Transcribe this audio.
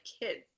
kids